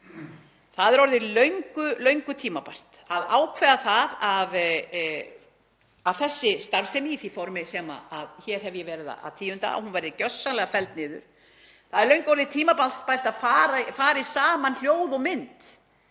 Það er orðið löngu tímabært að ákveða það að þessi starfsemi, í því formi sem hér hef ég verið að tíunda, verði gjörsamlega felld niður. Það er löngu orðið tímabært að það fari saman hljóð og mynd